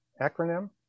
acronym